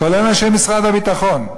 כולל אנשי משרד הביטחון,